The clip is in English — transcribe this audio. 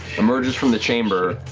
emerges from the chamber